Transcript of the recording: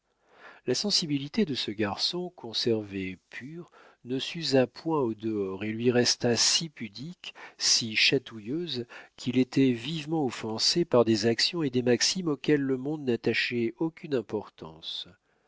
la sensibilité de ce garçon conservée pure ne s'usa point au dehors et lui resta si pudique si chatouilleuse qu'il était vivement offensé par des actions et des maximes auxquelles le monde n'attachait aucune importance